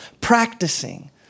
practicing